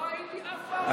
לא הייתי אף פעם,